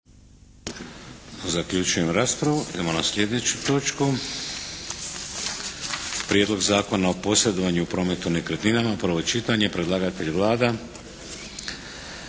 Vladimir (HDZ)** Idemo na sljedeću točku - Prijedlog Zakona o posredovanju u prometu nekretninama, prvo čitanje. Predlagatelj je Vlada.